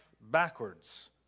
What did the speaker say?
backwards